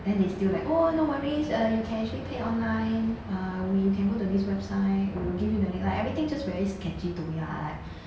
then they still like oh no worries uh you can actually pay online uh you can go to this website we will give you the link like everything just very sketchy to me lah I like